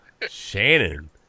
Shannon